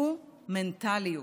הוא מנטליות".